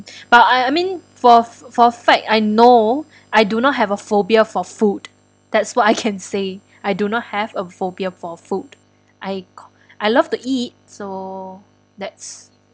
but I I mean for f~ for fact I know I do not have a phobia for food that's what I can say I do not have a phobia for food I co~ I love to eat so that's